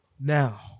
Now